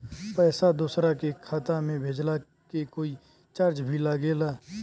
पैसा दोसरा के खाता मे भेजला के कोई चार्ज भी लागेला?